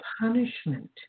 punishment